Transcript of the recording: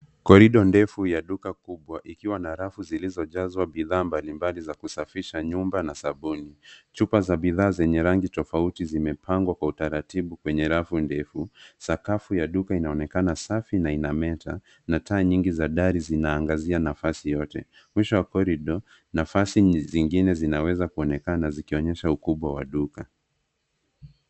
Corridor ndefu ya duka kubwa ikiwa na rafu ndefu zilizojazwa bidhaa mbalimbali za kusafisha nyumba na sabuni. Chupa za bidhaa zenye rangi tofauti zimepangwa kwa utaratibu kwenye rafu ndefu. Sakafu ya duka inaonekana safi na inameta na taa nyingi za dari zinaangazia nafasi yote. Mwisho wa corridor nafasi zingine zinaweza kuonekana zikionyesha ukubwa wa duka.